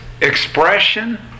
expression